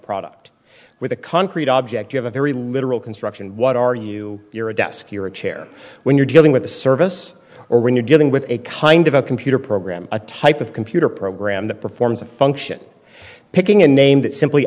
product with a concrete object of a very literal construction what are you you're a desk you're a chair when you're dealing with a service or when you're dealing with a kind of a computer program a type of computer program that performs a function picking a name that simply